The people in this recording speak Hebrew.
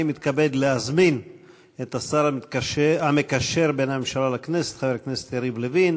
אני מתכבד להזמין את השר המקשר בין הממשלה לכנסת חבר הכנסת יריב לוין